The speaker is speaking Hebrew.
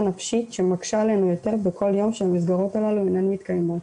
נפשית שמקשה עלינו יותר בכל יום שהמסגרות הללו אינן מתקיימות.